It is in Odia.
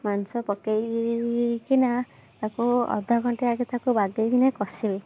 ମାଂସ ପକାଇକିନା ତାକୁ ଅଧ ଘଣ୍ଟା ଆଗେ ତାକୁ ବାଗେଇକିନା କଷିବି